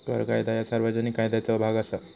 कर कायदा ह्या सार्वजनिक कायद्याचो भाग असा